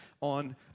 on